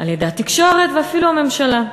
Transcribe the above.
על-ידי התקשורת, ואפילו הממשלה.